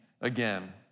again